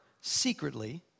secretly